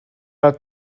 are